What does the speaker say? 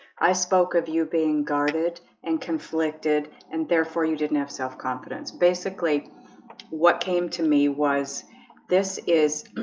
i spoke of you being guarded and conflicted and therefore you didn't have self-confidence, basically what came to me was this is?